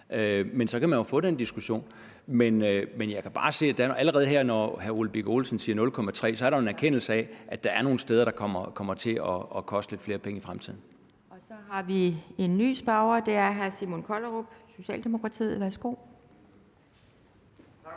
og så kan man jo få den diskussion. Jeg kan bare se, at allerede, når hr. Ole Birk Olesen her siger 0,3 pct., er der jo en erkendelse af, at der er nogle steder, der kommer til at koste lidt flere penge i fremtiden. Kl. 11:23 Anden næstformand (Pia Kjærsgaard): Så har vi en ny spørger, og det er hr. Simon Kollerup, Socialdemokratiet, værsgo. Kl.